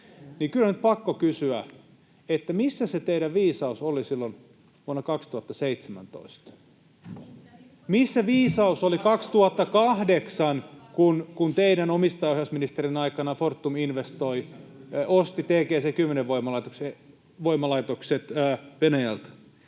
kyllä nyt on pakko kysyä, että missä se teidän viisautenne oli silloin vuonna 2017? Missä viisaus oli 2008, kun teidän omistajaohjausministerin aikana Fortum investoi, osti TGC-10-voimalaitokset Venäjältä?